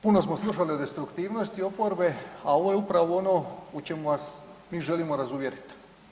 Puno smo slušali o destruktivnosti oporbe, a ono je upravo ono u čemu vas mi želimo razuvjeriti.